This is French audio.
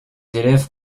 élèves